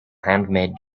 handmade